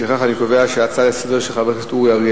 לפיכך אני קובע שההצעה לסדר-היום של חבר הכנסת אורי אריאל,